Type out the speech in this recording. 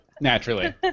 Naturally